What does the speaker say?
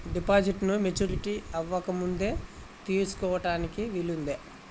డిపాజిట్ను మెచ్యూరిటీ అవ్వకముందే తీసుకోటానికి వీలుందా?